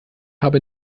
habe